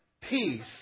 peace